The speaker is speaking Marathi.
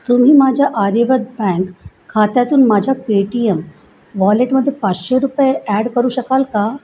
तुम्ही माझ्या आर्यव्रत बँक खात्यातून माझ्या पेटीएम वॉलेटमध्ये पाचशे रुपये ॲड करू शकाल का